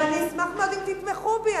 ואני אשמח מאוד אם תתמכו בי,